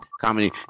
comedy